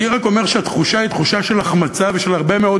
אני רק אומר שהתחושה היא תחושה של החמצה ושל הרבה מאוד